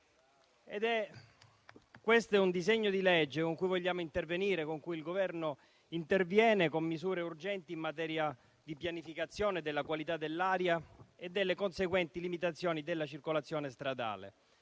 Questo è un disegno di legge con cui vogliamo intervenire e con cui il Governo interviene con misure urgenti in materia di pianificazione della qualità dell'aria e delle conseguenti limitazioni della circolazione stradale.